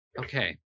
okay